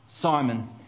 Simon